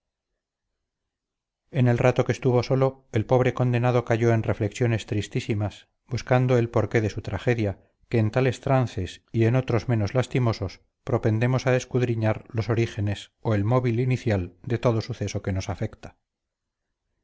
en el rato que estuvo solo el pobre condenado cayó en reflexiones tristísimas buscando el por qué de su tragedia que en tales trances y en otros menos lastimosos propendemos a escudriñar los orígenes o el móvil inicial de todo suceso que nos afecta